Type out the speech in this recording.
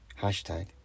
Hashtag